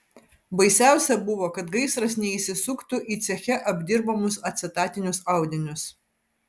baisiausia buvo kad gaisras neįsisuktų į ceche apdirbamus acetatinius audinius